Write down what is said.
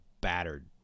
battered